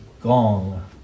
gong